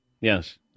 Yes